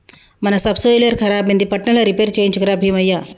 మన సబ్సోయిలర్ ఖరాబైంది పట్నంల రిపేర్ చేయించుక రా బీమయ్య